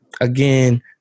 Again